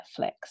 Netflix